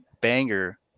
banger